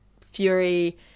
fury